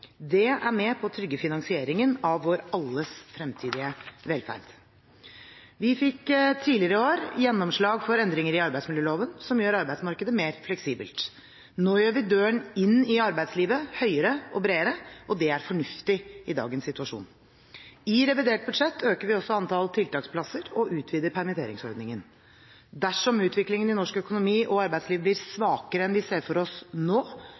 Det er med på å trygge finansieringen av vår alles fremtidige velferd. Vi fikk tidligere i år gjennomslag for endringer i arbeidsmiljøloven som gjør arbeidsmarkedet mer fleksibelt. Nå gjør vi døren inn til arbeidslivet høyere og bredere, og det er fornuftig i dagens situasjon. I revidert budsjett øker vi også antallet tiltaksplasser og utvider permitteringsordningen. Dersom utviklingen i norsk økonomi og arbeidsliv blir svakere enn vi ser for oss nå,